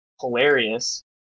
hilarious